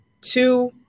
Two